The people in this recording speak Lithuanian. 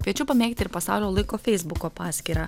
kviečiu pamėgti ir pasaulio laiko feisbuko paskyrą